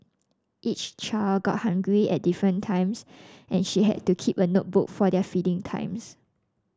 each child got hungry at different times and she had to keep a notebook for their feeding times